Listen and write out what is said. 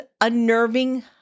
unnerving